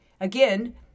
again